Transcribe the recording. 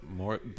more